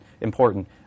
important